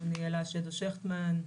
אני אלה שדו שכטמן,